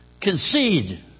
Concede